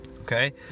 okay